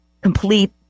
complete